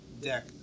deck